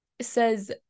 says